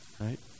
right